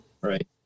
right